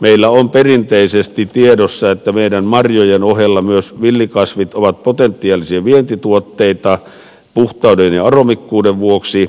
meillä on perinteisesti tiedossa että meidän marjojen ohella myös villikasvit ovat potentiaalisia vientituotteita puhtauden ja aromikkuuden vuoksi